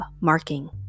marking